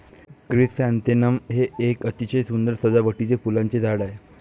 chrysanthemum हे एक अतिशय सुंदर सजावटीचे फुलांचे झाड आहे